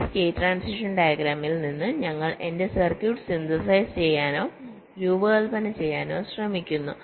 ഈ state transition ഡയഗ്രാമിൽ നിന്ന് ഞങ്ങൾ എന്റെ സർക്യൂട്ട് സിന്തസൈസ് ചെയ്യാനോ രൂപകൽപ്പന ചെയ്യാനോ ശ്രമിക്കുന്നു